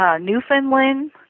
Newfoundland